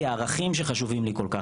כי הערכים שחשובים לי כל כך,